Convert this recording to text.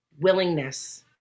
Willingness